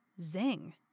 zing